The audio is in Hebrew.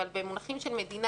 אבל במונחים של מדינה,